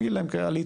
להגיד להם עליתם,